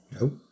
nope